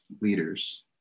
leaders